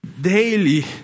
daily